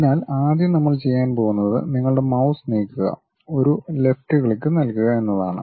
അതിനാൽ ആദ്യം നമ്മൾ ചെയ്യാൻ പോകുന്നത് നിങ്ങളുടെ മൌസ് നീക്കുക ഒരു ലെഫ്റ്റ് ക്ലിക്ക് നൽകുക എന്നതാണ്